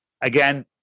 Again